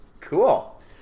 cool